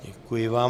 Děkuji vám.